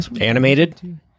Animated